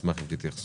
אשמח אם תתייחסו.